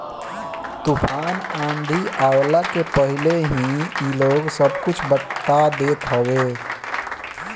तूफ़ान आंधी आवला के पहिले ही इ लोग सब कुछ बता देत हवे